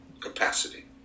Capacity